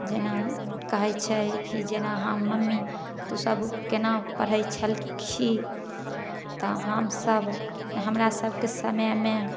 जेना कहय छै कि जेना हम मम्मी तू सब केना पढ़य छलही तऽ हमसब हमरा सबके समयमे